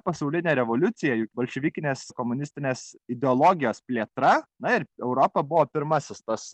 pasaulinė revoliucija bolševikinės komunistinės ideologijos plėtra na ir europa buvo pirmasis tas